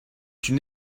une